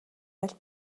аль